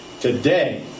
today